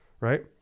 right